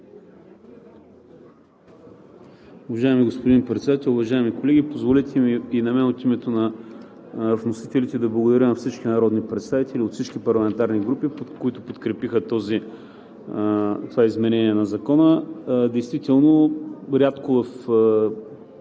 Уважаеми господин Председател, уважаеми колеги! Позволете ми от името на вносителите да благодаря на всички народни представители от всички парламентарни групи, които подкрепиха това изменение на Закона. Действително рядко в